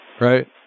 right